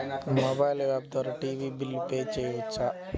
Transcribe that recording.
Mobile app ద్వారా TV bill pay చేయవచ్చా?